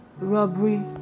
Robbery